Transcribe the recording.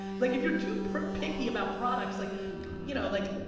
like if you're too picky about products, like you know like,